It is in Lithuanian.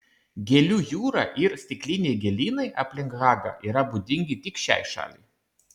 gėlių jūra ir stikliniai gėlynai aplink hagą yra būdingi tik šiai šaliai